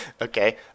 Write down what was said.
Okay